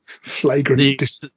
Flagrant